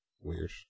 Weird